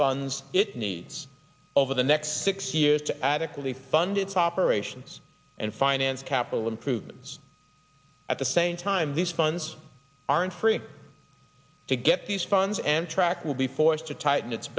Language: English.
funds it needs over the next six years to adequately fund its operations and finance capital improvements at the same time these funds aren't free to get these funds and track will be forced to tighten it